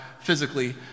physically